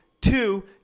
Two